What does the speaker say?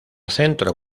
centro